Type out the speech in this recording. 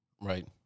Right